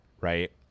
right